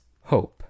hope